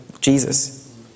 Jesus